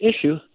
issue